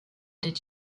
did